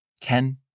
Ken